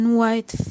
white